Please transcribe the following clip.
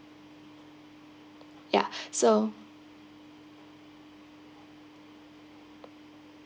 ya so